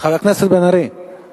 חבר הכנסת בן-ארי,